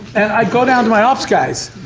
and i go down to my office guys,